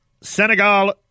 Senegal